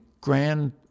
grand